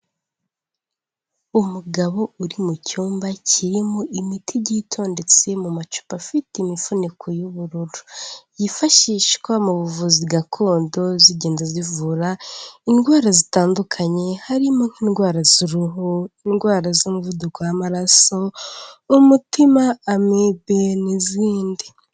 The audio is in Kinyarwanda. Umugabo uri mu cyumba kirimo imiti igiye itondetse mu macupa afite imifuniko y'ubururu yifashishwa mu buvuzi gakondo zigenda zivura indwara zitandukanye harimo; nk'indwara z'uruhu, indwara z'umuvuduko w'amaraso, umutima, amibe n'izindi.